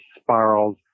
spirals